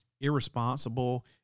irresponsible